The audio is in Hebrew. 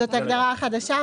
זאת ההגדרה החדשה.